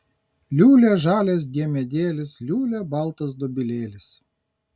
liūlia žalias diemedėlis liūlia baltas dobilėlis